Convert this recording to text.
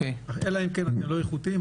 אלא אם כן אתם לא איכותיים,